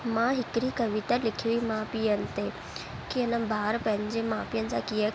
मां हिकिड़ी कविता लिखी हुई माउ पीअन ते कि हन ॿार पंहिंजे माउ पीअनि जा कीअं